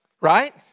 right